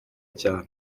cyane